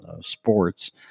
sports